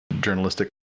journalistic